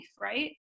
right